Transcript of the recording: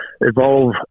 evolve